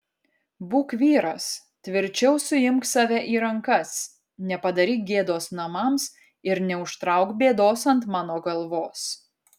būk vyras tvirčiau suimk save į rankas nepadaryk gėdos namams ir neužtrauk bėdos ant mano galvos